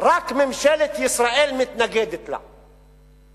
רק ממשלת ישראל מתנגדת לה.